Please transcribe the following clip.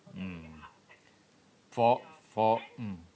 mm for for mm